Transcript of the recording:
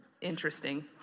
interesting